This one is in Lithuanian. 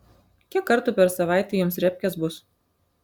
kiek kartų per savaitę jums repkės bus